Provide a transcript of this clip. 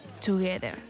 together